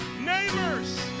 neighbors